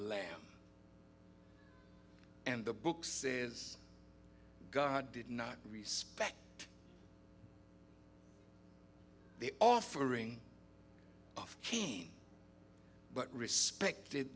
lamb and the book says god did not respect the offering of cain but respected